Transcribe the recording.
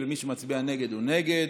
הכספים, ומי שמצביע נגד, הוא נגד.